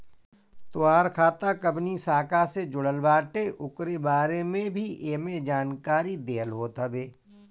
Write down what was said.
तोहार खाता कवनी शाखा से जुड़ल बाटे उकरे बारे में भी एमे जानकारी देहल होत हवे